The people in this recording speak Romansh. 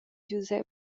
giusep